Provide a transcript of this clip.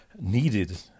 needed